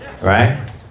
Right